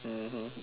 mmhmm